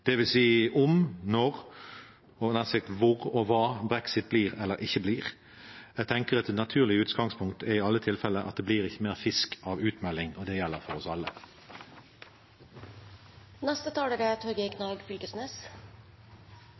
dvs. om, når, hvor og hva brexit blir eller ikke blir. Jeg tenker at et naturlig utgangspunkt er, i alle tilfeller, at det blir ikke mer fisk av utmelding, og det gjelder for oss alle. Det er